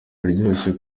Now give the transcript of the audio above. biroroshye